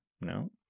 no